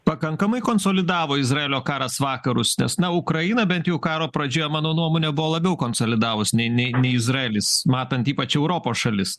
pakankamai konsolidavo izraelio karas vakarus nes na ukraina bent jau karo pradžioje mano nuomone buvo labiau konsolidavus nei nei nei izraelis matant ypač europos šalis